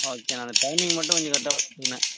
ஓகேண்ண அந்த டைமிங் மட்டும் கொஞ்சம் கரெக்டாக பார்த்துக்குங்கண்ண